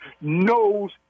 knows